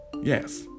yes